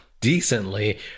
decently